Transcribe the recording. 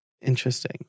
Interesting